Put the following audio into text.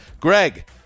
Greg